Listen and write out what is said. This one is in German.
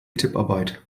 tipparbeit